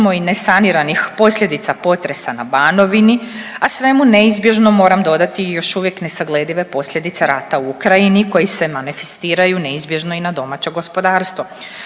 i nesaniranih posljedica potresa na Banovini, a svemu neizbježno moram dodati još uvijek nesagledive posljedice rata u Ukrajini koji se manifestiraju neizbježno i na domaće gospodarstvo.